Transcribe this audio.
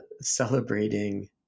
celebrating